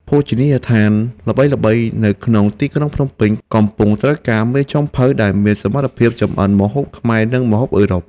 ភោជនីយដ្ឋានល្បីៗនៅក្នុងទីក្រុងភ្នំពេញកំពុងត្រូវការមេចុងភៅដែលមានសមត្ថភាពចម្អិនម្ហូបខ្មែរនិងម្ហូបអឺរ៉ុប។